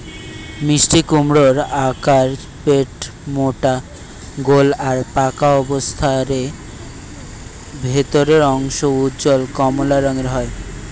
মিষ্টিকুমড়োর আকার পেটমোটা গোল আর পাকা অবস্থারে এর ভিতরের অংশ উজ্জ্বল কমলা রঙের হয়